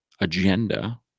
agenda